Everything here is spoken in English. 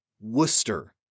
Worcester